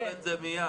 כן.